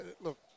look